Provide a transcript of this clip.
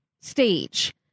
stage